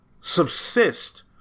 subsist